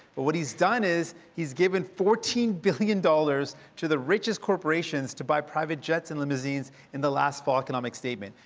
but what he's done is given fourteen billion dollars to the richest corporations to buy private jets and limousines in the last fall economic statement.